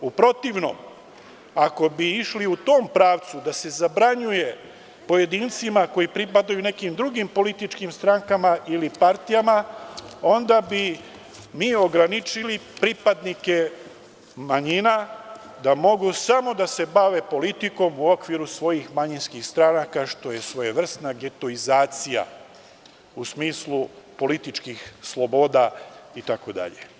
U protivnom, ako bi išli u tom pravcu, da se zabranjuje pojedincima koji pripadaju nekim drugim političkim strankama ili partijama, onda bi mi ograničili pripadnike manjina da mogu samo da se bave politikom u okviru svojih manjinskih stranaka, što je svojevrsna getoizacija u smislu političkih sloboda itd.